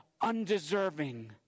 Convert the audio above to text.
undeserving